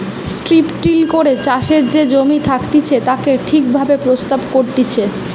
strip till করে চাষের যে জমি থাকতিছে তাকে ঠিক ভাবে প্রস্তুত করতিছে